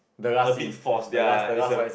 a bit forced ya ya it's a